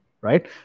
Right